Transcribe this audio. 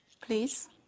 please